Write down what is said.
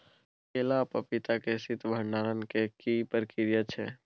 केला आ पपीता के शीत भंडारण के की प्रक्रिया छै?